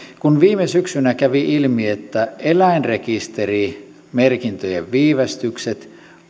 kun viime syksynä kävi ilmi että eläinrekisterimerkintöjen viivästykset